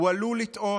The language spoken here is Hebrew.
הוא עלול לטעות,